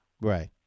Right